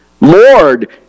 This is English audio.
Lord